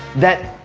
that,